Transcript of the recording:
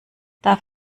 darf